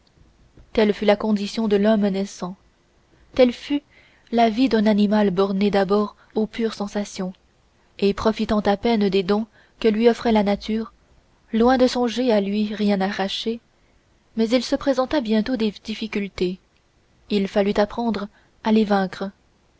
telle fut la condition de l'homme naissant telle fut la vie d'un animal borné d'abord aux pures sensations et profitant à peine des dons que lui offrait la nature loin de songer à lui rien arracher mais il se présenta bientôt des difficultés il fallut apprendre à les vaincre